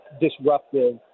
disruptive